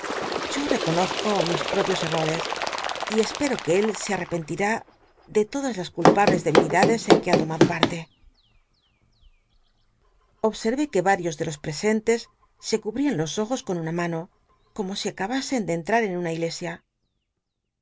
yo reconozco mis propios enores y espero que él se anepcnliní de todas las culpables debi lidades en que ha tomado parle obsctré que yarios de los presentes se cubtian los ojos con una mano como si acabasen de ctltrar en una igletiia